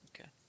Okay